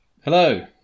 Hello